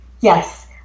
Yes